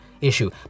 issue